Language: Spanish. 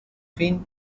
fin